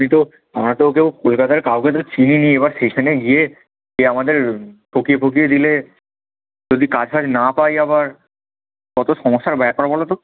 কিন্তু আমরা তো কেউ কলকাতার কাউকে তো চিনি না এবার সেখানে গিয়ে এই আমাদের ঠকিয়ে ফকিয়ে দিলে যদি কাজ ফাজ না পাই আবার কত সমস্যার ব্যাপার বলো তো